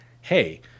hey